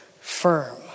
firm